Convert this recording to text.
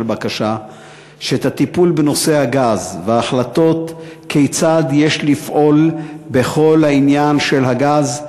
בקשה שאת הטיפול בנושא הגז וההחלטות כיצד יש לפעול בכל העניין של הגז,